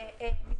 וכו'.